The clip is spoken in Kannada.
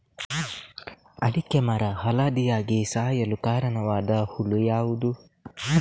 ಅಡಿಕೆ ಮರ ಹಳದಿಯಾಗಿ ಸಾಯಲು ಕಾರಣವಾದ ಹುಳು ಯಾವುದು?